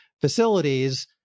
facilities